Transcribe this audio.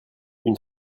une